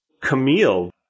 Camille